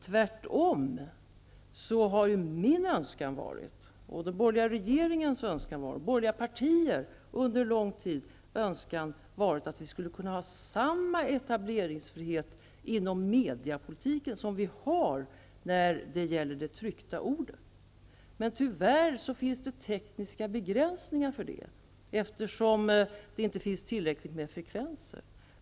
Tvärtom har min, den borgerliga regeringens och de borgerliga partiernas önskan under lång tid varit att vi inom mediepolitiken skulle kunna ha samma etableringsfrihet som vi har när det gäller det tryckta ordet. Tyvärr finns det tekniska begränsningar för det, eftersom det inte finns tillräckligt med frekvenser.